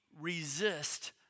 resist